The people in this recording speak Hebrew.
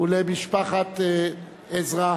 ולמשפחת עזרא.